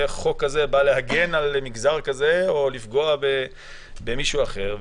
איך חוק כזה בא להגן על מגזר כזה או לפגוע במישהו אחר.